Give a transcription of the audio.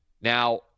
Now